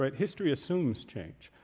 but history assumes change.